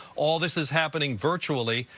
all this is happening virtually.